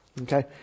Okay